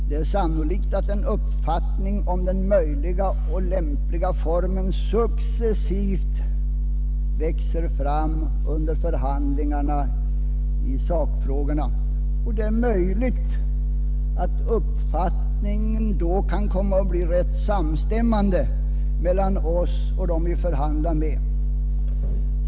Det är sannolikt att en uppfattning om den möjliga och lämpliga formen successivt växer fram under förhandlingarna i sakfrågorna, och det är möjligt att uppfattningen då kan komma att bli rätt samstämmig mellan oss och dem vi förhandlar med.